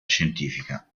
scientifica